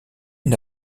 une